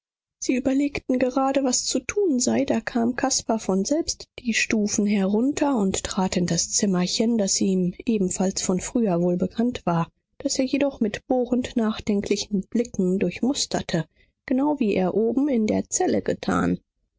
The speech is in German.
sie überlegten gerade was zu tun sei da kam caspar von selbst die stufen herunter und trat in das zimmerchen das ihm ebenfalls von früher wohlbekannt war das er jedoch mit bohrend nachdenklichen blicken durchmusterte genau wie er oben in der zelle getan